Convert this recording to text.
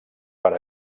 per